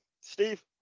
Steve